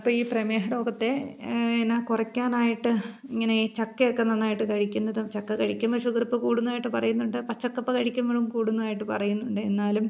അപ്പോൾ ഈ പ്രമേഹരോഗത്തെ എന്നാ കുറയ്ക്കാനായിട്ട് ഇങ്ങനെ ചക്കയൊക്ക നന്നായിട്ട് കഴിക്കുന്നതും ചക്ക കഴിക്കുമ്പോൾ ഷുഗറിപ്പോൾ കൂടുന്നതായിട്ട് പറയുന്നുണ്ട് പച്ചക്കപ്പ കഴിക്കുമ്പോഴും കൂടുന്നതായിട്ട് പറയുന്നുണ്ട് എന്നാലും